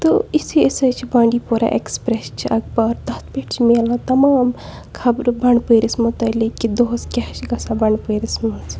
تہٕ اِتھُے أسۍ حظ چھِ بانڈی پورہ ایٚکٕسپرٛٮ۪س چھِ اَخبار تَتھ پٮ۪ٹھ چھِ ملان تَمام خبرٕ بَنٛڈپورِس متعلق کہِ دۄہَس کیٛاہ چھِ گژھان بَنٛڈپورِس منٛز